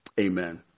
amen